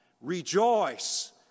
Rejoice